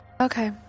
Okay